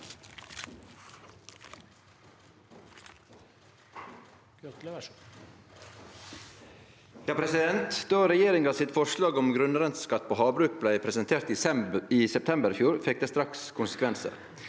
Då regjeringa sitt for- slag om grunnrenteskatt på havbruk blei presentert i september i fjor, fekk det straks konsekvensar.